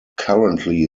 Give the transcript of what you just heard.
currently